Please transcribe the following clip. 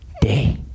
day